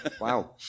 Wow